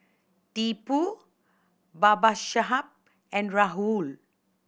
Tipu Babasaheb and Rahul